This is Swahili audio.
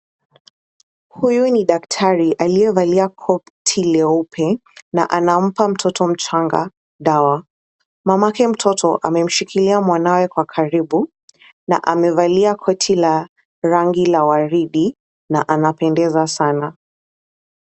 Huyu ni daktari aliyevalia koti leupe na anampa mtoto mchanga dawa. Mamake mtoto amemshikilia mwanawe kwa karibu na amevalia koti la rangi la waridi na anapendeza sana.